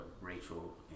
Rachel